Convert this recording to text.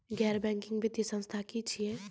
गैर बैंकिंग वित्तीय संस्था की छियै?